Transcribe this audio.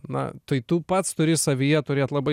na tai tu pats turi savyje turėt labai